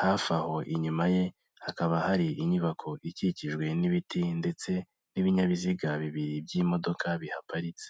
hafi aho inyuma ye hakaba hari inyubako ikikijwe n'ibiti ndetse n'ibinyabiziga bibiri by'imodoka bihaparitse.